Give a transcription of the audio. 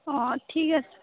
অঁ ঠিক আছে